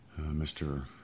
Mr